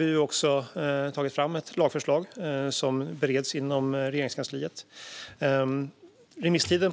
Därför har vi tagit fram ett lagförslag som bereds inom Regeringskansliet. Remisstiden